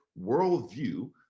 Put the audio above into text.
worldview